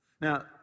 Now